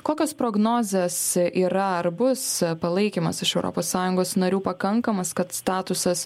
kokios prognozės yra ar bus palaikymas iš europos sąjungos narių pakankamas kad statusas